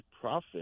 profit